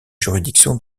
juridiction